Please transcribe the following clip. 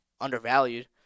undervalued